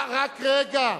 רק רגע.